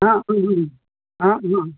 অঁ অঁ অঁ